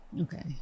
okay